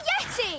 Yeti